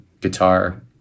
guitar